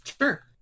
Sure